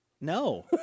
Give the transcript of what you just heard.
No